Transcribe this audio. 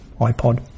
ipod